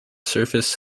surface